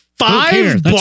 five